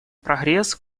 прогресс